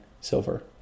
Silver